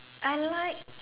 I like